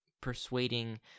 persuading